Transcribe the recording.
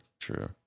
true